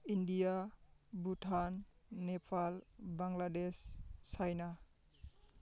India Bhutan Nepal Bangladesh China